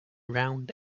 round